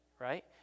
right